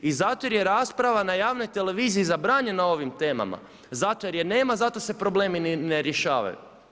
I zato jer je rasprava na javnog televiziji zabranjena o ovim temama, zato jer je nema zato se problemi ne rješavaju.